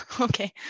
Okay